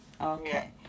Okay